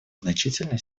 значительной